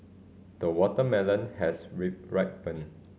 the watermelon has ripened